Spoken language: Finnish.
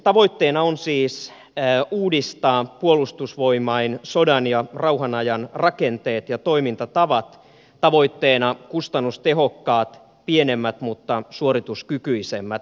tavoitteena on siis uudistaa puolustusvoimain sodan ja rauhanajan rakenteet ja toimintatavat tavoitteena kustannustehokkaat pienemmät mutta suorituskykyisemmät puolustusvoimat